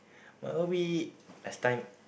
uh we last time